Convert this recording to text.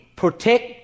protect